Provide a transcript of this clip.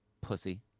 Pussy